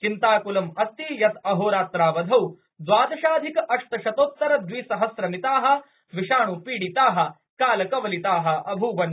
चिन्ताकुलं अस्ति यत् अहोरात्रावधौ द्वादशाधिक अष्टशतोत्तर द्विसहस्र मिता विषाण् पीडिता कालकवलिता अभ्वन्